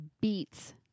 beats